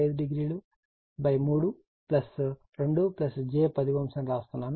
0 3 2 j 10 అని వ్రాస్తున్నాను